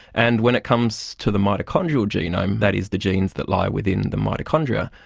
and when it comes to the mitochondrial genome, that is the genes that lie within the mitochondria,